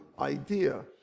idea